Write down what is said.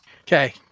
Okay